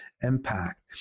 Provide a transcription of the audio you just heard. impact